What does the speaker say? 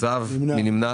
מי נמנע?